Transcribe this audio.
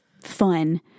fun